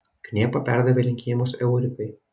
knėpa perdavė linkėjimus eurikai